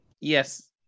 Yes